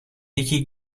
یکی